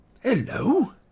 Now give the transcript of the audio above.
Hello